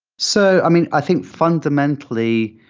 so i mean, i think fundamentally,